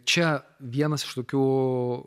čia vienas iš tokių